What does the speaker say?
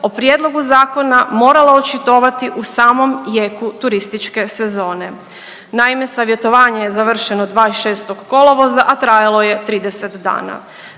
o prijedlogu zakona morala očitovati u samom jeku turističke sezone, naime savjetovanje je završeno 26. kolovoza, a trajalo je 30 dana.